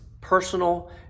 personal